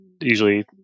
usually